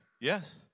Yes